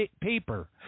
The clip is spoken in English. paper